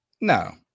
No